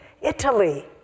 Italy